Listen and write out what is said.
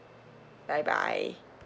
bye bye